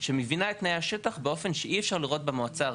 שמבינה את תנאי השטח באופן שאי אפשר לראות במועצה הארצית.